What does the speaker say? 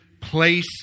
place